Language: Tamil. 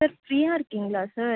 சார் ஃப்ரீயாக இருக்கீங்களா சார்